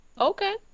Okay